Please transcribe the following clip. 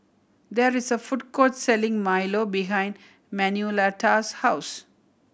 there is a food court selling milo behind Manuelita's house